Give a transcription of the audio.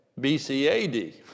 BCAD